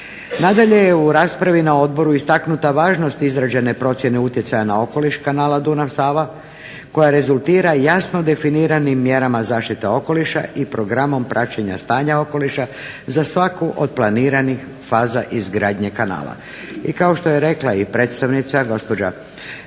Nadalje je u raspravi na odboru istaknuta važnost izrađene procjene utjecaja na okoliš kanala Dunav – Sava koja rezultira jasno definiranim mjerama zaštite okoliša i programom praćenja stanja okoliša za svaku od planiranih faza izgradnje kanala. I kao što je rekla i predstavnica gospođa